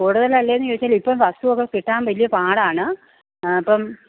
കൂടുതലല്ലേന്ന് ചോദിച്ചാൽ ഇപ്പം വസ്തു ഒക്കെ കിട്ടാൻ വലിയ പാടാണ് അപ്പം